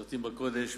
המשרתים בקודש,